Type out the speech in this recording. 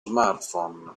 smartphone